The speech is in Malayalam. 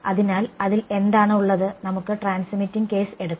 അതിനാൽ അതിൽ എന്താണ് ഉള്ളത് നമുക്ക് ട്രാൻസ്മിറ്റിംഗ് കേസ് എടുക്കാം